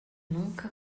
nunca